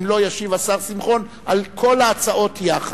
אם לא, ישיב השר שמחון על כל ההצעות גם יחד,